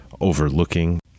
Overlooking